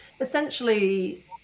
essentially